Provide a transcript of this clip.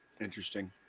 interesting